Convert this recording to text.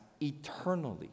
eternally